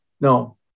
No